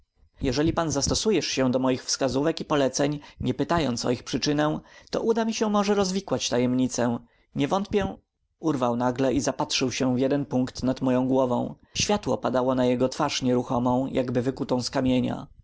jeżeli pan zastosujesz się do moich wskazówek i poleceń nie pytając o ich przyczynę to uda mi się może rozwikłać tajemnicę nie wątpię urwał nagle i zapatrzył się w jeden punkt nad moją głową światło padało na jego twarz nieruchomą jakby wykutą z kamienia